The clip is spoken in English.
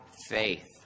faith